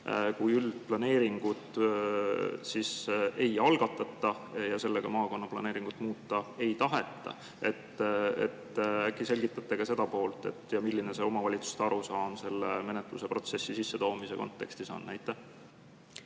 kui üldplaneeringut ei algatata ja sellega maakonnaplaneeringut muuta ei taheta. Äkki selgitate ka seda poolt? Milline see omavalitsuste arusaam selle menetluse protsessi sissetoomise kontekstis on? Aitäh